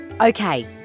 Okay